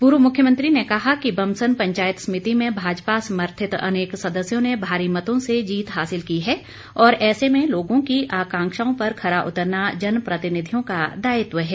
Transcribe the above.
पूर्व मुख्यमंत्री ने कहा कि बमसन पंचायत समिति में भाजपा समर्थित अनेक सदस्यों ने भारी मतों से जीत हासिल की है और ऐसे में लोगों की आकांक्षाओं पर खरा उतरना जनप्रतिनिधियों का दायित्व है